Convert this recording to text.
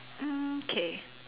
mm K